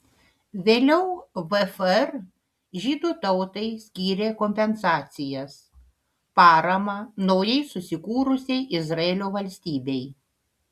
vėliau vfr žydų tautai skyrė kompensacijas paramą naujai susikūrusiai izraelio valstybei